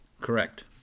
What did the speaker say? Correct